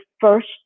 first